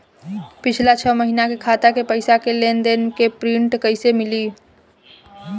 पिछला छह महीना के खाता के पइसा के लेन देन के प्रींट कइसे मिली?